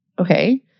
Okay